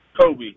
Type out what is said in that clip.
Kobe